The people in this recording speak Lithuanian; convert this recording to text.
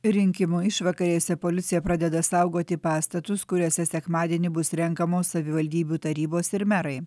rinkimų išvakarėse policija pradeda saugoti pastatus kuriuose sekmadienį bus renkamos savivaldybių tarybos ir merai